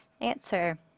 Answer